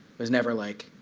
was never like,